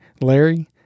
Larry